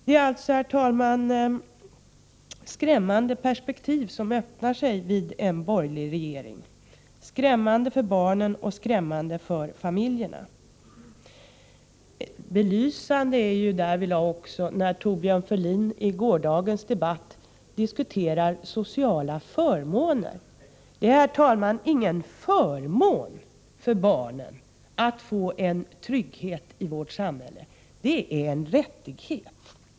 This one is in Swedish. Det är alltså, herr talman, skrämmande perspektiv som öppnar sig vid en borgerlig valseger — skrämmande för barnen och skrämmande för familjerna. Belysande är därvidlag vad Thorbjörn Fälldin i gårdagens debatt sade om sociala förmåner. Det är, herr talman, ingen förmån för barnen att få en trygghet i vårt samhälle, det är en rättighet!